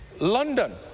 London